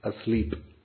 asleep